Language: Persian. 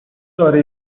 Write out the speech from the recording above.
چاره